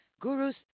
Guru's